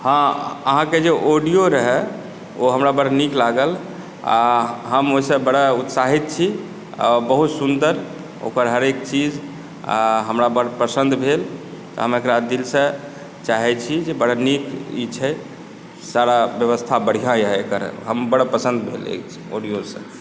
हँ अहाँके जे ऑडियो रहए ओ हमरा बड़ नीक लागल आ हम ओहिसँ बड़ा उत्साहित छी बहुत सुन्दर ओकर हरेक चीज़ हमर बड़ पसन्द भेल तऽ हमरा एक़रा दिलसँ चाहै छी जे बड़ नीक ई छै सारा बेबस्था बढ़िआँ अइ एकर हम बड़ पसन्द भेल अछि ऑडियोसँ